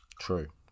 True